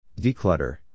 Declutter